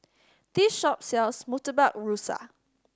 this shop sells Murtabak Rusa